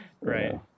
Right